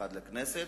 אחת לכנסת,